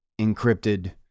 encrypted